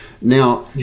now